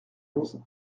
onze